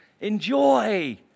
enjoy